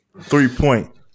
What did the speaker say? three-point